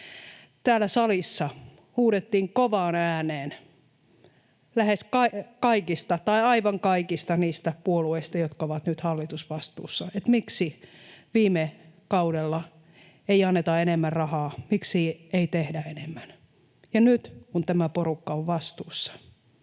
täällä salissa huudettiin kovaan ääneen aivan kaikista niistä puolueista, jotka ovat nyt hallitusvastuussa, miksi ei anneta enemmän rahaa, miksi ei tehdä enemmän. Nyt, kun tämä porukka on vastuussa,